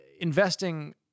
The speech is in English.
investing